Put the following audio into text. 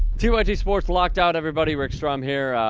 george's force locked out everybody works from here ah.